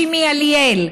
שימי אליאל,